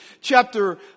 chapter